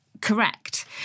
correct